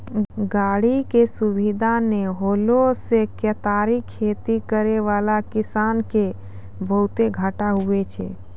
गाड़ी के सुविधा नै होला से केतारी खेती करै वाला किसान के बहुते घाटा हुवै छै